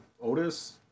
Otis